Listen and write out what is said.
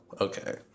okay